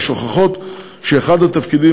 ושוכחות שאחד התפקידים,